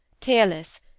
tearless